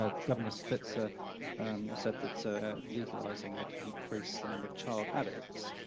ah the governor spitzer said that legalizing would increase the number of child addicts,